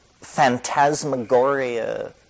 phantasmagoria